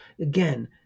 again